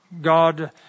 God